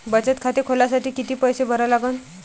बचत खाते खोलासाठी किती पैसे भरा लागन?